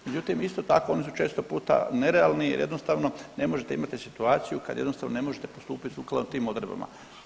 Međutim, isto tako oni su često puta nerealni, jer jednostavno ne možete imati situaciju kad jednostavno ne možete postupiti sukladno tim odredbama.